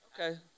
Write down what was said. Okay